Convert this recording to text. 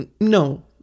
no